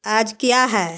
आज किया है